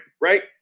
right